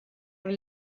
will